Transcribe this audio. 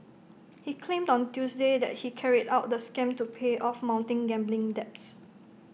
he claimed on Tuesday that he carried out the scam to pay off mounting gambling debts